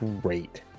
great